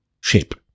shape